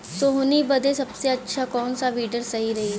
सोहनी बदे सबसे अच्छा कौन वीडर सही रही?